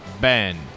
Ben